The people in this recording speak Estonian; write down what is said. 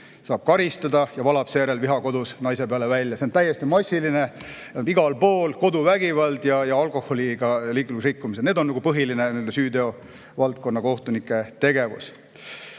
saab karistada ja valab seejärel viha kodus naise peale välja. See on täiesti massiline, igal pool: koduvägivald ja alkoholiga liiklusrikkumised on põhiline süüteovaldkonna kohtunike tegevus.